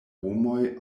homoj